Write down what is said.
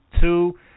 Two